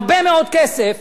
הרבה מאוד כסף,